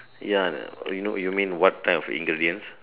ya you know you mean what type of ingredients